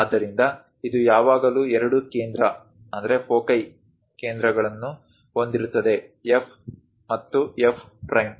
ಆದ್ದರಿಂದ ಇದು ಯಾವಾಗಲೂ ಎರಡು ಕೇಂದ್ರ ಕೇಂದ್ರಗಳನ್ನು ಹೊಂದಿರುತ್ತದೆ F ಮತ್ತು F ಪ್ರೈಮ್